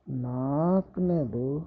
ನಾಲ್ಕ್ನೇದು